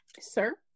Sir